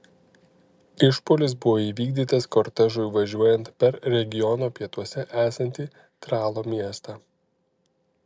išpuolis buvo įvykdytas kortežui važiuojant per regiono pietuose esantį tralo miestą